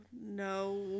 No